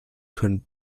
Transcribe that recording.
können